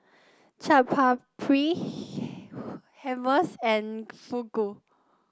Chaat Papri Hummus and Fugu